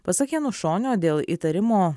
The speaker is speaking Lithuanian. pasak janušonio dėl įtarimo